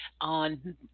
on